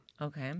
Okay